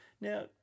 Now